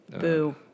Boo